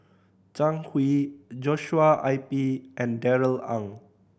Zhang Hui Joshua I P and Darrell Ang